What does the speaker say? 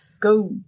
go